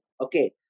okay